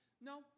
no